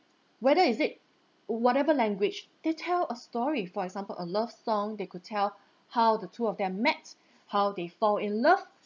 whether is it whatever language they tell a story for example a love song they could tell how the two of them met how they fall in love